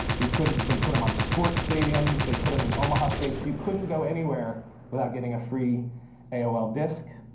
you couldn't they put them on sports stadiums. they put him in omaha steaks. you couldn't go anywhere without getting a free aol disk.